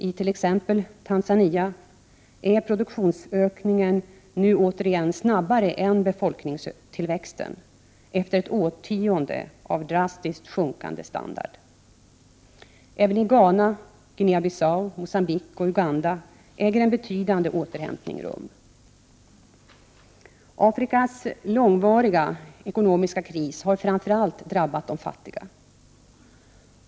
I t.ex. Tanzania är produktionsökningen nu återigen snabbare än befolkningstillväxten, efter ett årtionde av drastiskt sjunkande standard. Även i Ghana, Guinea-Bissau, Mogambique och Uganda äger en begynnande återhämtning rum. Afrikas långvariga ekonomiska kris har framför allt drabbat de fattiga.